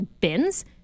bins